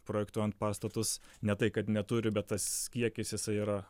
projektuojant pastatus ne tai kad neturi bet tas kiekis jisai yra